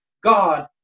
God